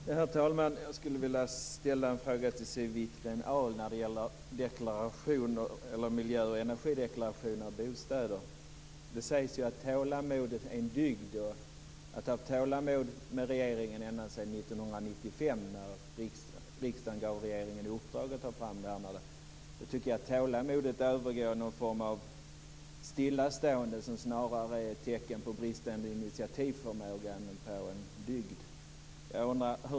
Herr talman! Jag skulle vilja ställa en fråga till Siw Wittgren-Ahl när det gäller detta med en miljöoch energideklaration av bostäder. Det sägs att tålamod är en dygd. Men att ha tålamod med regeringen ända sedan år 1995, då riksdagen gav regeringen i uppdrag att ta fram det här, tycker jag är något som övergår i en form av stillastående; detta som ett tecken på bristande initiativförmåga snarare än på en dygd.